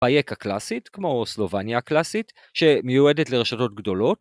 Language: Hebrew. פייקה קלאסית כמו סלובניה הקלאסית שמיועדת לרשתות גדולות